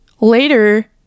later